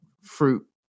fruit